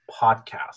Podcast